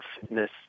fitness